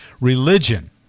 religion